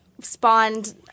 spawned